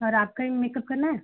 और आपका ही मेकप करना है